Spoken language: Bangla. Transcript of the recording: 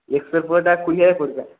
প্রোটা কুড়ি হাজার পরবে